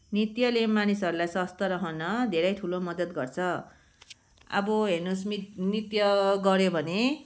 नृत्यले मानिसहरूलाई स्वस्थ रहन धेरै ठुलो मद्दत गर्छ अब हेर्नुहोस् नित् नृत्य गऱ्यो भने